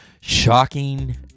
shocking